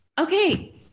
Okay